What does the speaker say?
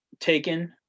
taken